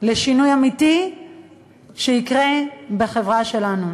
לשינוי אמיתי שיקרה בחברה שלנו.